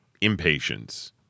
impatience